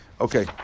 okay